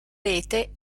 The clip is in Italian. rete